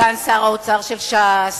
סגן שר האוצר של ש"ס.